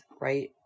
right